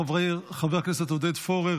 חבר הכנסת עודד פורר,